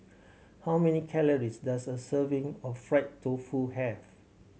how many calories does a serving of fried tofu have